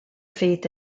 faith